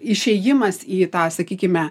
išėjimas į tą sakykime